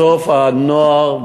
בסוף הנוער,